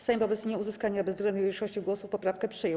Sejm wobec nieuzyskania bezwzględnej większości głosów poprawkę przyjął.